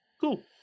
Cool